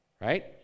Right